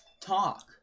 talk